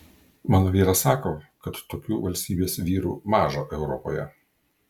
mano vyras sako kad tokių valstybės vyrų maža europoje